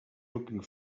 looking